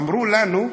אמרו לנו,